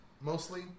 mostly